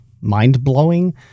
mind-blowing